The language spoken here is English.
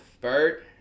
Bert